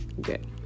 Good